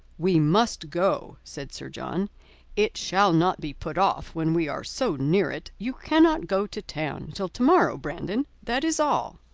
we must go, said sir john it shall not be put off when we are so near it. you cannot go to town till tomorrow, brandon, that is all.